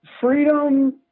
Freedom